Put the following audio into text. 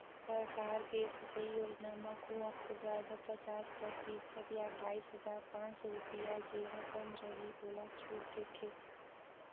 सरकार के सिंचई योजना म कुंआ खोदवाए बर पचास परतिसत य बाइस हजार पाँच सौ रुपिया जेहर कम रहि ओला छूट देथे